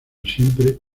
siempre